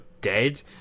dead